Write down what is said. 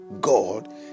God